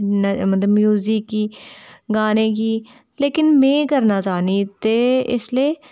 मतलव म्यूज़िक गी गाने गी लेकिन में करना चांह्न्नी ते इसलै